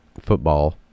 football